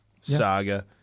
saga